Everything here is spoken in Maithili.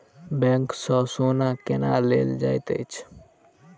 बैंक सँ सोना केना लेल जाइत अछि